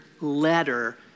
letter